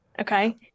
Okay